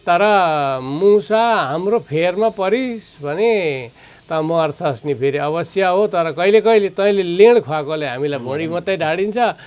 तर मुसा हाम्रो फेरमा परिस् भने तँ मर्छस् नि फेरि अवश्य हो तर कहिले कहिले तैँले लेँड खुवाकोले हामीलाई भुँडी मात्रै ढाडिन्छ